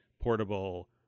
portable